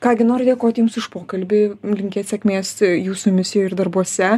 ką gi noriu dėkoti jums už pokalbį linkėt sėkmės jūsų misijoj ir darbuose